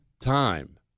time